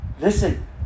listen